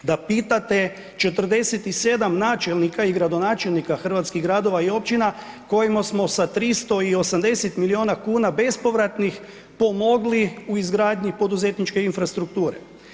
Da pitate 47 načelnika i gradonačelnika hrvatskih gradova i općina kojima smo sa 380 milijuna kuna bespovratnih pomogli u izgradnji poduzetničke infrastrukture.